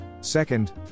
Second